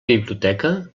biblioteca